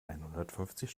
einhundertfünfzig